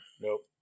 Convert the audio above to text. Nope